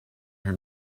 her